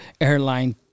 airline